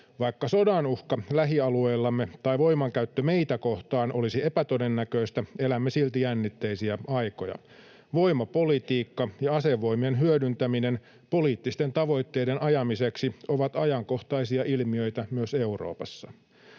Vaikka sodan uhka lähialueillamme tai voimankäyttö meitä kohtaan olisi epätodennäköistä, elämme silti jännitteisiä aikoja. Voimapolitiikka ja asevoimien hyödyntäminen poliittisten tavoitteiden ajamiseksi ovat ajankohtaisia ilmiöitä myös Euroopassa.